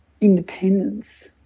independence